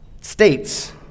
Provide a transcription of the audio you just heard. states